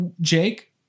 Jake